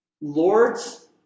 Lords